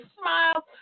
smile